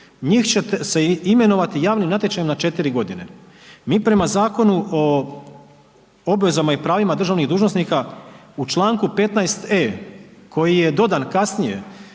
njih će se imenovati javnim natječajem na 4 godine. Mi prema Zakonu o obvezama i pravima državnih dužnosnika u Članku 15e. koji je dodan kasnije